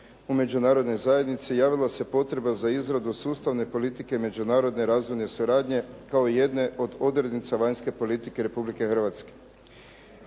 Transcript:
u međunarodnoj zajednici javila se potreba za izradu sustavne politike međunarodne razvojne suradnje kao jedne od odrednica vanjske politike Republike Hrvatske.